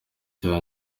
cya